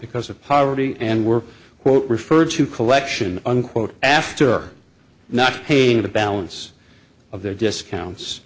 because of poverty and were quote referred to collection unquote after not paying the balance of their discounts